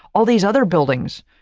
all these other buildings,